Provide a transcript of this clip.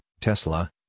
Tesla